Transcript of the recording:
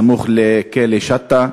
סמוך לכלא שאטה,